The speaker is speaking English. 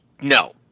No